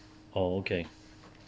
oh okay